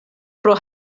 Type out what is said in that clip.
pro